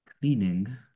cleaning